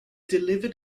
delivered